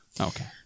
Okay